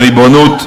הריבונות,